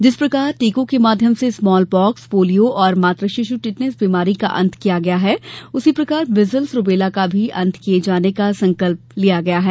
जिस प्रकार टीकों के माध्यम से स्मॉल पाक्स पोलियो और मातु शिशु टिटनेस बीमारी का अंत किया गया है उसी प्रकार मीजल्स रूबेला का भी अंत किये जाने का संकल्प लिया गया है